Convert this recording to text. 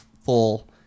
full